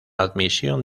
admisión